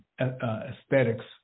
aesthetics